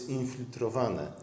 infiltrowane